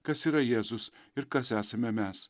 kas yra jėzus ir kas esame mes